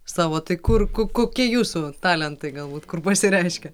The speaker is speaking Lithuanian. savo tai kur kokie jūsų talentai galbūt kur pasireiškia